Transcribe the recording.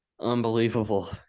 Unbelievable